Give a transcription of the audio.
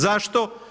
Zašto?